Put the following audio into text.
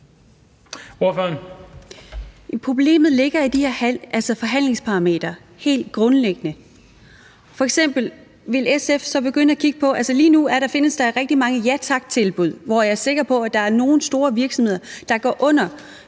Problemet ligger i de her forhandlingsparametre, helt grundlæggende. Lige nu findes der f.eks. rigtig mange ja tak-tilbud, hvor jeg er sikker på, at der er nogle store virksomheder, der går under,